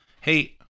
Hey